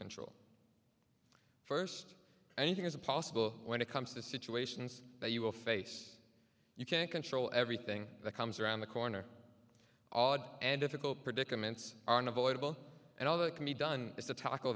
control first anything is possible when it comes to situations that you will face you can't control everything that comes around the corner odd and difficult predicaments aren't avoidable and all that can be done is to tac